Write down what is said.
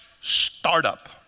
startup